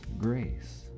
grace